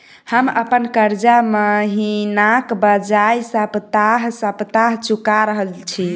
हम अप्पन कर्जा महिनाक बजाय सप्ताह सप्ताह चुका रहल छि